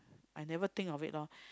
I never think of it lor